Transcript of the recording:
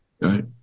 right